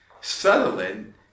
Sutherland